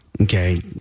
Okay